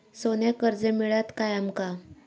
सोन्याक कर्ज मिळात काय आमका?